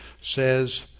says